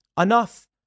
Enough